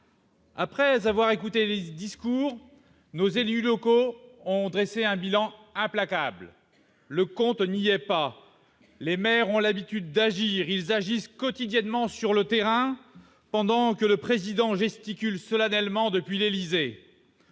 Après avoir écouté les discours, nos élus locaux ont dressé un bilan implacable : le compte n'y est pas ! Les maires ont l'habitude d'agir quotidiennement sur le terrain, pendant que le Président de la République gesticule solennellement depuis l'Élysée.